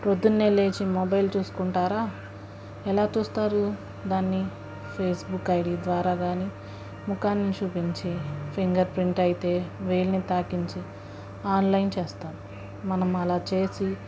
ప్రొద్దున్న లేచి మొబైల్ చూసుకుంటారా ఎలా చూస్తారు దాన్ని ఫేస్బుక్ ఐడీ ద్వారా కానీ ముఖాన్ని చూపించి ఫింగర్ ప్రింట్ అయితే వేలిని తాకించి ఆన్లైన్ చేస్తాం మనం అలా చేసి